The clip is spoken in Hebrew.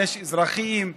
יש אזרחים,